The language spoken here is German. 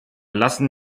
lassen